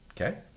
Okay